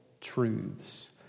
truths